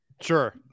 sure